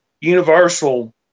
Universal